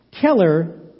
Keller